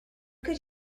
could